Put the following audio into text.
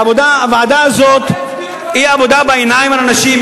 הוועדה הזאת היא עבודה בעיניים על אנשים,